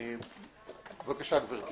בבקשה גברתי.